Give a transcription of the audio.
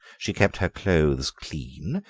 she kept her clothes clean,